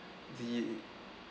the